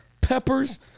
peppers